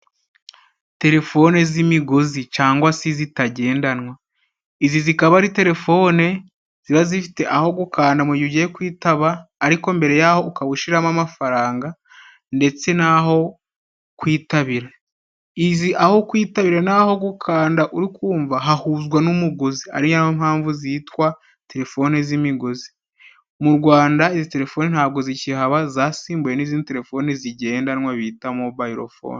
Telefone z'imigozi, cangwa se zitagendanwa, izi zikaba ari telefone ziba zifite aho gukanda mugihe ugiye kwitaba, ariko mbere yaho ukaba ushiramo amafaranga, ndetse naho kwitabira, izi aho kwitabira naho gukanda, urukumva hahuzwa n'umuguzi, ariyo mpamvu zitwa telefone z'imigozi. Mu Rwanda, izi telefone ntabwo zikihaba, zasimbuwe n'izindi telefone zigendanwa bita mobayiro fone.